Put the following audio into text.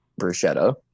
bruschetta